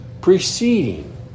preceding